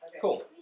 Cool